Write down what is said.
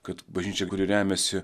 kad bažnyčia kuri remiasi